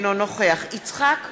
אינו נוכח יצחק כהן,